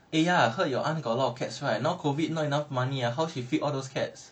eh ya I heard your aunt got a lot of cats right now COVID not enough money ah and how she feed all those cats